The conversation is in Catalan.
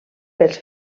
pels